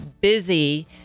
busy